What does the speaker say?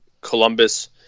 Columbus